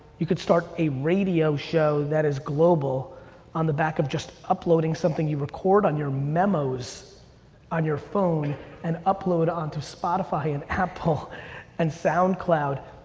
you could start a radio show that is global on the back of just uploading something you record on your memos on your phone and upload onto spotify and apple and soundcloud.